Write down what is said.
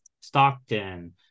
Stockton